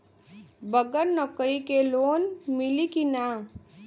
बगर नौकरी क लोन मिली कि ना?